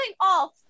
off